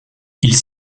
ils